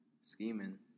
Scheming